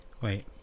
Wait